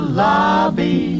lobby